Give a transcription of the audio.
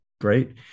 great